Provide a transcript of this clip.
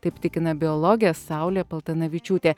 taip tikina biologė saulė paltanavičiūtė